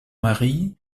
marie